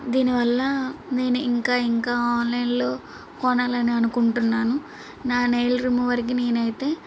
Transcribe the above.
దీనివల్ల నేను ఇంకా ఇంకా ఆన్లైన్లో కొనాలని అనుకుంటున్నాను నా నెయిల్ రిమూవర్కి నేనైతే